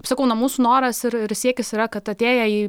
sakau na mūsų noras ir ir siekis yra kad atėję į